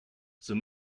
zur